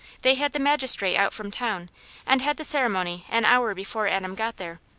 they had the magistrate out from town and had the ceremony an hour before adam got there.